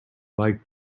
like